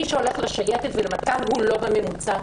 מי שהולך לשייטת ולסיירת מטכ"ל הוא לא בממוצע.